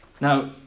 Now